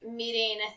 meeting